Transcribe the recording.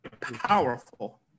powerful